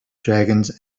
dragons